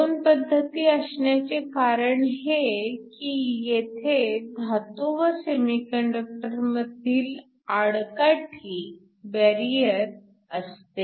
दोन पद्धती असण्याचे कारण हे की येथे धातू व सेमीकंडक्टरमधील आडकाठी बॅरिअर barrier असते